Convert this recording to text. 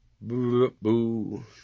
Boo